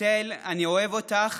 בת אל, אני אוהב אותך